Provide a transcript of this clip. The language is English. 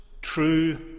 true